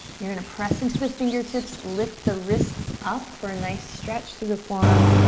you're gonna press into the fingertips, lift the wrists up for a nice stretch through the forearm.